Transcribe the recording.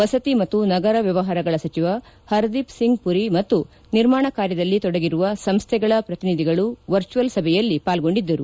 ವಸತಿ ಮತು ನಗರ ವ್ಯವಪಾರಗಳ ಸಚಿವ ಪರ್ದೀಪ್ ಸಿಂಗ್ ಮರಿ ಮತ್ತು ನಿರ್ಮಾಣ ಕಾರ್ಯದಲ್ಲಿ ತೊಡಗಿರುವ ಸಂಸ್ಥೆಗಳ ಪ್ರತಿನಿಧಿಗಳು ವರ್ಜುಯಲ್ ಸಭೆಯಲ್ಲಿ ಪಾಲ್ಗೊಂಡಿದ್ದರು